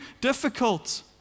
difficult